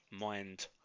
mind